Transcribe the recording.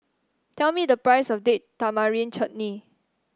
tell me the price of Date Tamarind Chutney